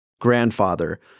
grandfather